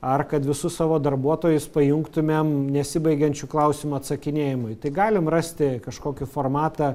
ar kad visus savo darbuotojus pajungtumėm nesibaigiančių klausimų atsakinėjimui tai galim rasti kažkokį formatą